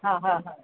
हा हा हा